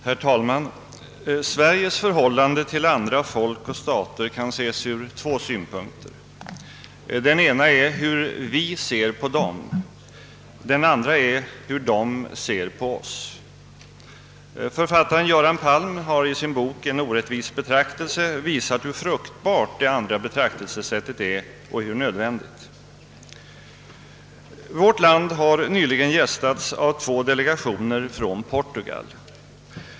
Herr talman! Sveriges förhållande till andra folk och stater kan bedömas från två synpunkter. Den ena är hur vi ser på dem. Den andra är hur de ser på oss. Författaren Göran Palm har i sin bok »En orättvis betraktelse» visat hur fruktbart detta andra betraktelsesätt är och hur nödvändigt. Vårt land har nyligen gästats av två delegationer från Portugal.